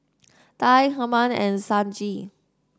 Tye Herman and Sonji